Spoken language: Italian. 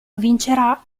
vincerà